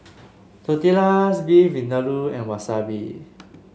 Tortillas Beef Vindaloo and Wasabi